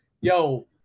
yo